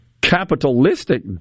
capitalistic